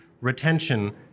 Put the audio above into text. retention